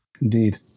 indeed